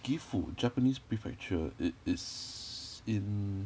gifu japanese prefecture it is in